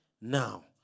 now